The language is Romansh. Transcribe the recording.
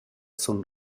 sun